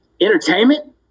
entertainment